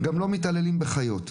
גם לא מתעללים בחיות.